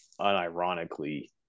unironically